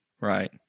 Right